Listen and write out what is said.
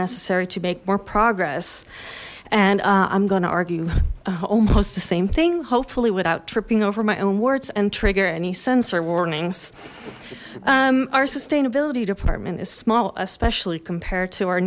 necessary to make more progress and i'm gonna argue almost the same thing hopefully without tripping over my own words and trigger any sensor warnings our sustainability department is small especially compared to our